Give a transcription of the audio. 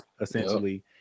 essentially